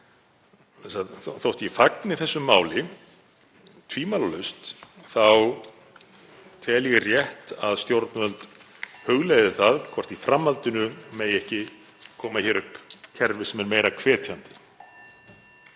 Þótt ég fagni þessu máli tvímælalaust þá tel ég rétt að stjórnvöld hugleiði það hvort í framhaldinu megi ekki koma upp kerfi sem er meira hvetjandi.